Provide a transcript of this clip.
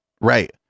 Right